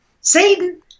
Satan